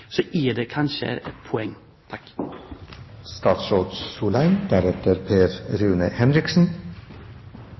så er det kanskje et poeng.